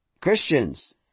Christians